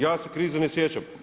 Ja se krize ne sjećam.